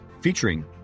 featuring